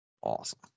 Awesome